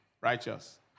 righteous